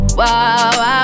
wow